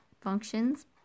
functions